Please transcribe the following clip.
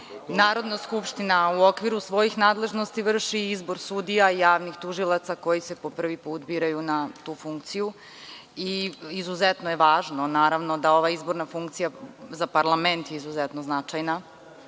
Narodna skupština u okviru svojih nadležnosti vrši izbor sudija, javnih tužilaca koji se po prvi put biraju na tu funkciju i izuzetno je važno da ova izborna funkcija, za parlament je izuzetno značajna,